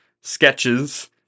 sketches